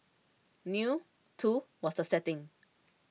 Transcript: new too was the setting